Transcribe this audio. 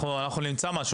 אנחנו נמצא משהו,